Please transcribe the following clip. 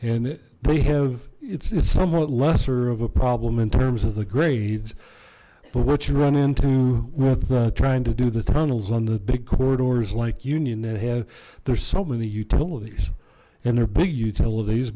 and they have it's it's somewhat lesser of a problem in terms of the grades but what you run into with trying to do the tunnels on the big corridors like union that have there's so many utilities and their big utilities